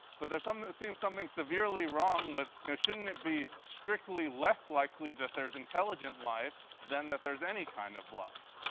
but there's something um that seems something's severely wrong with you know, shouldn't it be strictly less likely that there's intelligent life than that there's any kind of life?